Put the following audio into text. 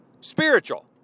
spiritual